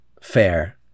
fair